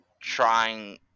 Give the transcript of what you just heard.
trying